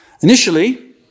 Initially